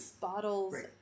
bottles